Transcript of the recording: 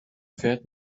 fährt